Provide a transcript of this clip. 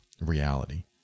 reality